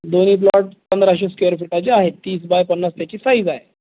दोन्ही प्लॉट पंधराशे स्क्वेअर फिटाचे आहेत तीस बाय पन्नास त्याची साईज आहे